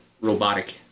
robotic